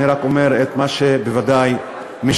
אני רק אומר את מה שבוודאי משתקף